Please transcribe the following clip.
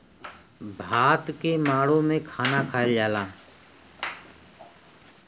भात के माड़ो के खाना खायल जाला